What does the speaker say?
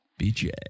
bj